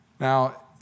Now